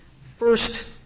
First